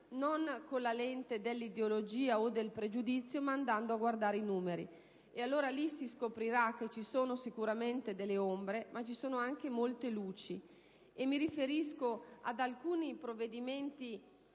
non con la lente dell'ideologia o del pregiudizio, ma andando a guardare i numeri. Lì si scoprirà che ci sono sicuramente delle ombre, ma anche molte luci. Mi riferisco ad alcuni provvedimenti